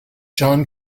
john